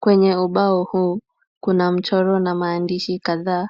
Kwenye ubao huu kuna mchoro na maandishi kadhaa.